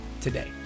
today